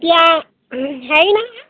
এতিয়া হেৰি নহয়